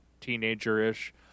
teenager-ish